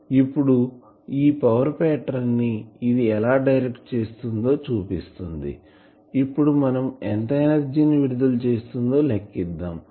ఇప్పుడు ఈ power pattern ని ఇది ఎలా డైరెక్ట్ చేస్తుందో చూపిస్తుంది ఇప్పుడు మనం ఎంత ఎనర్జీని విడుదల చేస్తుందో లెక్కిద్దాం